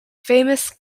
famous